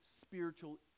spiritual